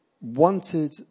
wanted